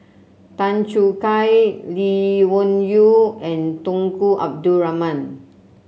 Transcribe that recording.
Tan Choo Kai Lee Wung Yew and Tunku Abdul Rahman